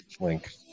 link